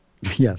Yes